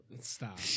Stop